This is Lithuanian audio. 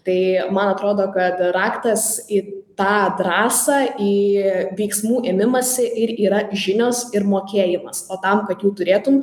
tai man atrodo kad raktas į tą drąsą į veiksmų ėmimąsi ir yra žinios ir mokėjimas o tam kad jų turėtum